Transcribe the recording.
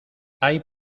hay